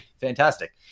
fantastic